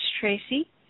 Tracy